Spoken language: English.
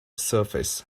surface